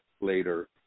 later